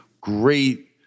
great